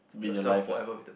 yourself forever with the